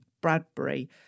Bradbury